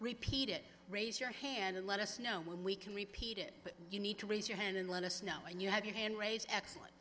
repeat it raise your hand and let us know when we can repeat it you need to raise your hand and let us know when you have your hand raised excellent